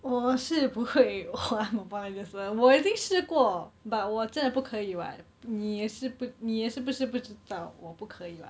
我是不会玩 mobile legends 的我已经试过 but 我真的不可以 [what] 你也是不你也是不是不知道我不可以 [what]